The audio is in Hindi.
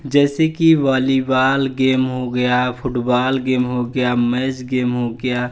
जैसे कि बॉलीबॉल गेम हो गया फुटबॉल गेम हो गया मैच गेम हो गया